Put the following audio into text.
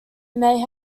may